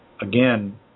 again